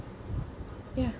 ya